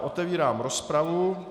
Otevírám rozpravu.